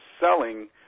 selling